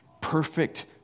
perfect